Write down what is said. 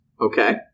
Okay